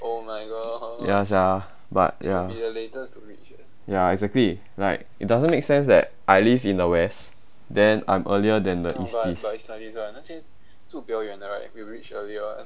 ya sia but ya ya exactly like it doesn't make sense that I live in the west then I'm earlier than the easties